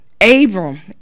Abram